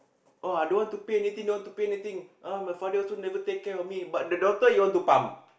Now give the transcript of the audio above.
oh I don't want to pay anything don't want to pay anything uh my father also never take care of me but the daughter you want to pump